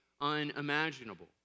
unimaginable